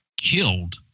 killed